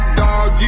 dog